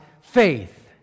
faith